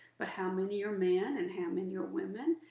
but how many are men and how many are women?